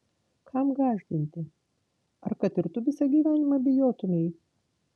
kam gąsdinti ar kad ir tu visą gyvenimą bijotumei